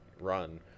run